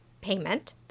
payment